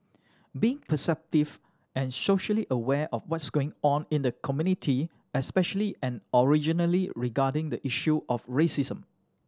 be perceptive and socially aware of what's going on in the community especially and originally regarding the issue of racism